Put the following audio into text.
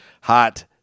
hot